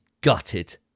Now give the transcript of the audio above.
gutted